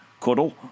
cuddle